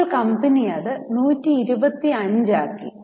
ഇപ്പോൾ കമ്പനി ഇത് 125 ആക്കി